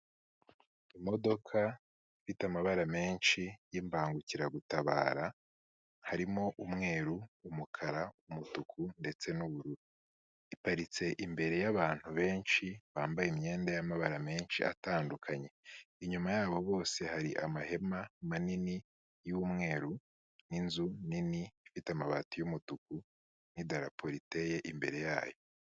Imodoka ifite amabara menshi y'imbangukiragutabara, harimo umweru, umukara, umutuku ndetse n'ubururu, iparitse imbere y'abantu benshi bambaye imyenda y'amabara menshi atandukanye, inyuma yabo bose hari amahema manini y'umweru n'inzu nini ifite amabati y'umutuku n'idarapo riteye imbere yayo.